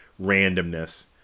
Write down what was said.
randomness